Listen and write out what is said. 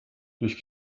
durch